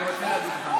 אני רוצה להגיד לך משהו.